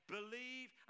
Believe